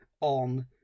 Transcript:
on